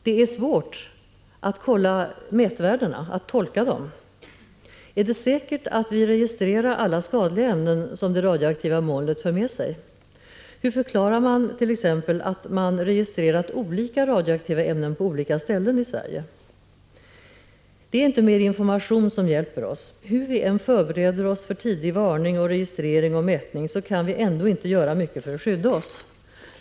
Det är svårt att tolka mätvärdena. Är det säkert att vi registrerar alla skadliga ämnen som det radioaktiva molnet för med sig? Hur förklarar man t.ex. att man registrerat olika radioaktiva ämnen på olika ställen i Sverige? Det är inte mer information som hjälper oss. Hur vi än förbereder oss för tidig varning, registrering och mätning så kan vi ändå inte göra mycket för att skydda oss.